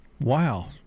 Wow